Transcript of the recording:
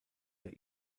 der